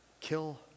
kill